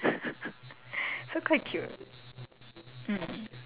but like instead of hating each other afterwards right they actually got married